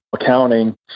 accounting